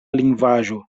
lingvaĵo